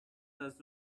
does